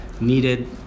needed